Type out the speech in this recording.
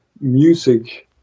music